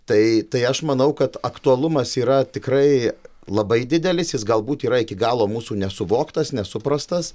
tai tai aš manau kad aktualumas yra tikrai labai didelis jis galbūt yra iki galo mūsų nesuvoktas nesuprastas